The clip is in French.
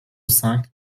cinq